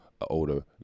older